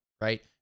right